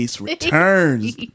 returns